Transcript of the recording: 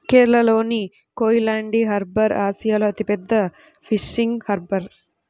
కేరళలోని కోయిలాండి హార్బర్ ఆసియాలో అతిపెద్ద ఫిషింగ్ హార్బర్